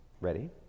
Ready